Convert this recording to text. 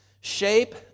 Shape